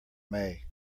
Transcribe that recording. may